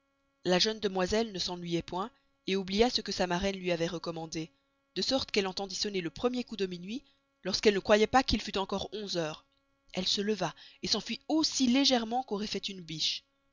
la jeune demoiselle ne s'ennuyoit point oublia ce que sa maraine luy avoit recommandé de sorte qu'elle entendit sonner le premier coup de minuit lorsqu'elle ne croyoit pas qu'il fut encore onze heures elle se leva s'enfüit aussi legerement qu'auroit fait une biche